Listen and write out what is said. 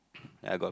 I got